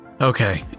Okay